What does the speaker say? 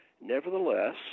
nevertheless